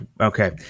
okay